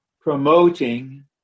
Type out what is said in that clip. Promoting